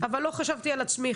אבל לא חשבתי על עצמי,